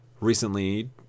recently